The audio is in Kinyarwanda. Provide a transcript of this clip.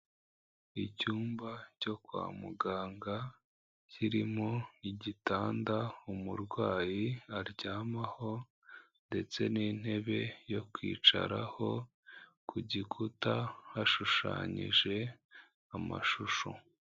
Icyumba cyo kwa muganga kirimo igitanda umurwayi aryamaho ndetse n'intebe yo kwicaraho, ku gikuta hashushanyije amashusho.